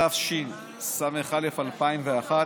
התשס"א 2001,